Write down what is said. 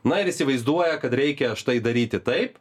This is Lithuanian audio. na ir įsivaizduoja kad reikia štai daryti taip